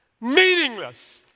Meaningless